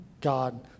god